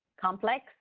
complex